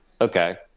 okay